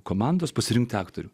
komandos pasirinkti aktorių